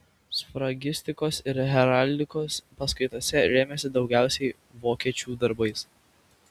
sfragistikos ir heraldikos paskaitose rėmėsi daugiausiai vokiečių darbais